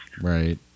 right